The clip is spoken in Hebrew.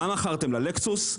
מה מכרתם לה, לקסוס?